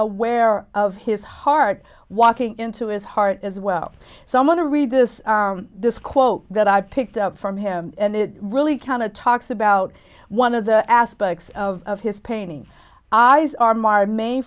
aware of his heart walking into his heart as well someone to read this this quote that i picked up from him and it really kind of talks about one of the aspects of his paintings eyes arm our main